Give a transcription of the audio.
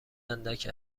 اندک